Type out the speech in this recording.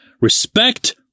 Respect